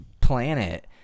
planet